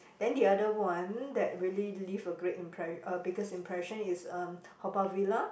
then the other one that really leave a great impre~ uh biggest impression is um Haw-Par-Villa